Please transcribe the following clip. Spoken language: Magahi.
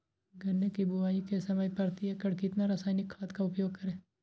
गन्ने की बुवाई के समय प्रति एकड़ कितना रासायनिक खाद का उपयोग करें?